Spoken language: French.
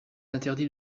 interdit